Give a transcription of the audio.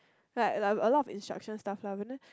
like like a lot of instruction stuff lah but then